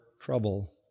trouble